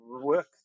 work